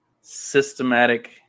systematic